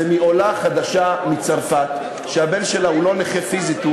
היא מעולה חדשה מצרפת שהבן שלה הוא לא נכה פיזית,